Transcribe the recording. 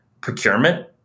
procurement